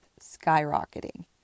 skyrocketing